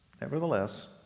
nevertheless